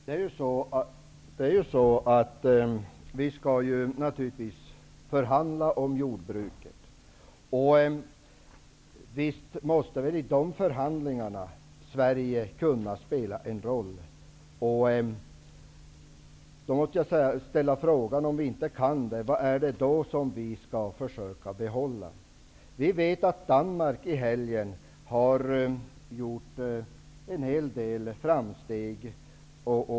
Herr talman! Vi skall naturligtvis förhandla om jordbruket. Visst måste Sverige kunna spela en roll i de förhandlingarna. Jag måste fråga vad det är vi skall försöka behålla om vi inte kan det. Vi vet att Danmark i helgen har gjort en hel del framsteg.